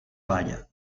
vaya